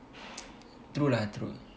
true lah true